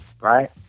right